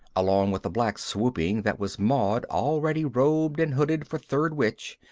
along with a black swooping that was maud already robed and hooded for third witch,